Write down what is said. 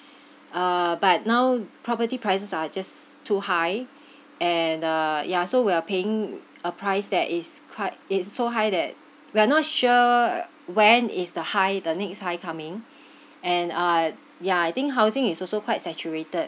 uh but now property prices are just too high and uh ya so we're paying a price that is quite it's so high that we are not sure when is the high the next high coming and uh yeah I think housing is also quite saturated